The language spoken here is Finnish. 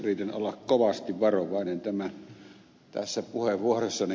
yritän olla kovasti varovainen tässä puheenvuorossani